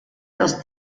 los